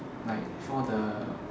like for the